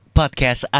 podcast